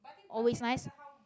always nice